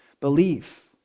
belief